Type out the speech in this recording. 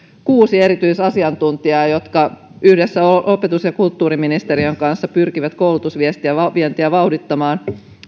kuusi erityisasiantuntijaa jotka yhdessä opetus ja kulttuuriministeriön kanssa pyrkivät koulutusvientiä vauhdittamaan